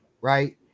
right